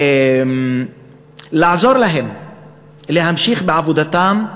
לעזור להם להמשיך בעבודתם,